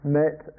met